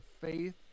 faith